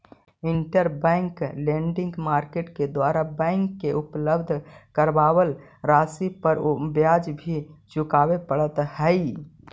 interbank lending market के द्वारा bank के उपलब्ध करावल राशि पर ब्याज भी चुकावे पड़ऽ हइ